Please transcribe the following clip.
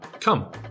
Come